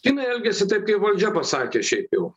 kinai elgiasi taip kaip valdžia pasakė šiaip jau